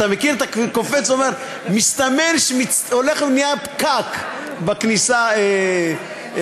אתה מכיר שהוא קופץ ואומר: מסתמן שהולך ונהיה פקק בכניסה לעיר?